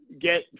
get